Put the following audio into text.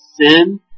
sin